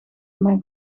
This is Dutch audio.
mijn